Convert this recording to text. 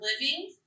living